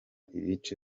ibice